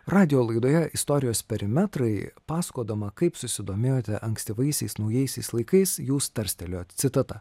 radijo laidoje istorijos perimetrai pasakodama kaip susidomėjote ankstyvaisiais naujaisiais laikais jūs tarstelėjot citata